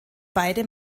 beide